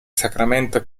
sacramento